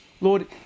Lord